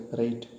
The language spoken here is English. right